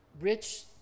Rich